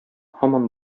һаман